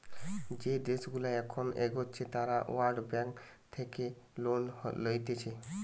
যে দেশগুলা এখন এগোচ্ছে তারা ওয়ার্ল্ড ব্যাঙ্ক থেকে লোন লইতেছে